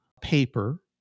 paper